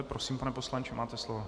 Prosím, pane poslanče, máte slovo.